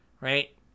Right